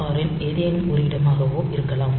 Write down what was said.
ஆரின் ஏதேனும் ஒரு இடமாகவோ இருக்கலாம்